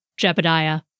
Jebediah